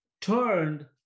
turned